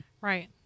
Right